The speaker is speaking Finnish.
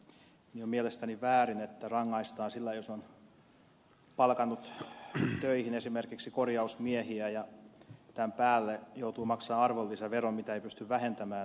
on minun mielestäni väärin että rangaistaan sillä jos on palkannut töihin esimerkiksi korjausmiehiä tämän päälle joutuu maksamaan arvonlisäveron mitä ei pysty vähentämään missään